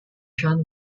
john